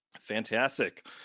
Fantastic